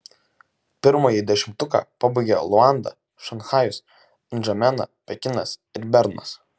pirmąjį dešimtuką pabaigia luanda šanchajus ndžamena pekinas ir bernas